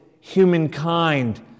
humankind